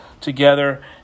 together